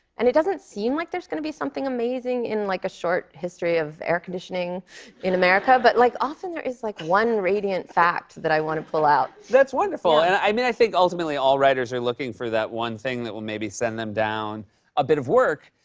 and it doesn't seem like there's going to be something amazing in, like, a short history of air-conditioning in america, but, like, often, there is, like, one radiant fact that i want to pull out. that's wonderful. and, i mean, i think, ultimately, all writers are looking for that one thing that will maybe send them down a bit of work,